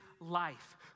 life